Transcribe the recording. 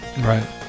Right